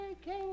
King